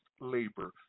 labor